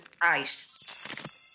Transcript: Ice